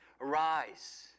Arise